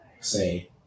say